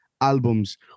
albums